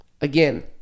again